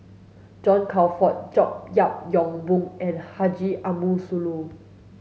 John Crawfurd George Yeo Yong Boon and Haji Ambo Sooloh